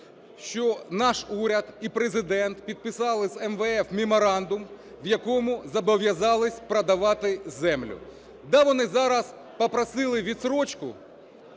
що наш уряд і Президент підписали з МВФ меморандум, в якому зобов'язались продавати землю. Так, вони зараз попросили відстрочку